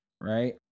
right